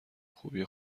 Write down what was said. خوبیه